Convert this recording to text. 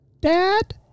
dad